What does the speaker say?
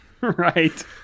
Right